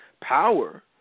power